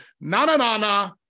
na-na-na-na